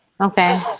Okay